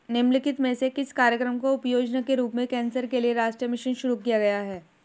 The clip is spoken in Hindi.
निम्नलिखित में से किस कार्यक्रम को उपयोजना के रूप में कैंसर के लिए राष्ट्रीय मिशन शुरू किया गया है?